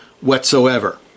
whatsoever